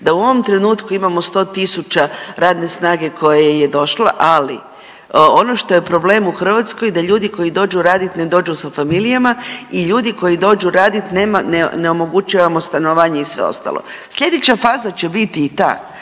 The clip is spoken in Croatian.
da u ovom trenutku imamo 100 tisuća radne snage koja je došla, ali ono što je problem u Hrvatskoj da ljudi koji dođu radit ne dođu sa familijama i ljudi koji dođu radit nema, ne omogućavamo stanovanje i sve ostalo. Slijedeća faza će biti i ta,